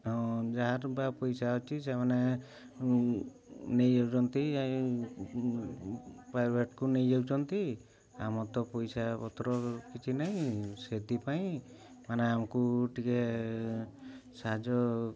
ଯାହାର ବା ପଇସା ଅଛି ସେମାନେ ନେଇଯାଉଛନ୍ତି ପ୍ରାଇଭେଟ୍କୁ ନେଇଯାଉଛନ୍ତି ଆମର ତ ପଇସାପତ୍ର କିଛି ନାହିଁ ସେଥିପାଇଁ ମାନେ ଆମକୁ ଟିକେ ସାହାଯ୍ୟ